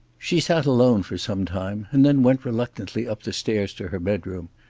she sat alone for some time and then went reluctantly up the stairs to her bedroom.